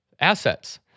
assets